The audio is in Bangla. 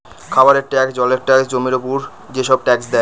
খাবারের ট্যাক্স, জলের ট্যাক্স, জমির উপর যেসব ট্যাক্স দেয়